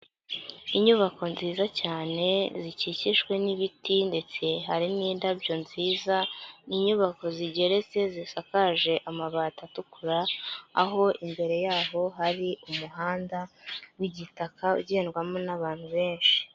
Inyubako nziza cyane, zikikijwe n'ibiti ndetse hari n'indabyo nziza, inyubako zigeretse zisakaje amabati atukura, aho imbere yaho hari umuhanda w'igitaka ugendwamo n'abantu benshi.